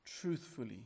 truthfully